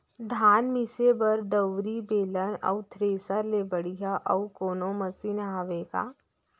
धान मिसे बर दउरी, बेलन अऊ थ्रेसर ले बढ़िया अऊ कोनो मशीन हावे का?